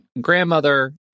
grandmother